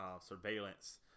surveillance